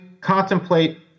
contemplate